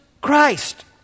Christ